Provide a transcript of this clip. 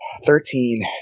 Thirteen